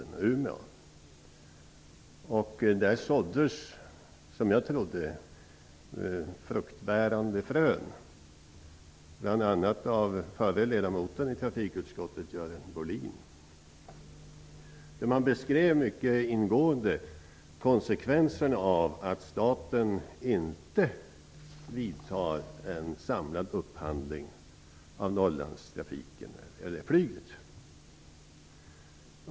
Där såddes, som jag trodde, fruktbärande frön, av bl.a. förra ledamoten i trafikutskottet Görel Bohlin. Man beskrev mycket ingående konsekvenserna av att staten inte vidtar en samlad upphandling av Norrlandsflyget.